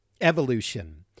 Evolution